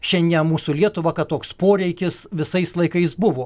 šianę mūsų lietuvą kad toks poreikis visais laikais buvo